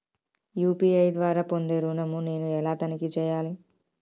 UPI ద్వారా పొందే ఋణం నేను ఎలా తనిఖీ చేయాలి?